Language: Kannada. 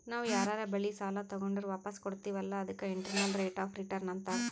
ನಾವ್ ಯಾರರೆ ಬಲ್ಲಿ ಸಾಲಾ ತಗೊಂಡುರ್ ವಾಪಸ್ ಕೊಡ್ತಿವ್ ಅಲ್ಲಾ ಅದಕ್ಕ ಇಂಟರ್ನಲ್ ರೇಟ್ ಆಫ್ ರಿಟರ್ನ್ ಅಂತಾರ್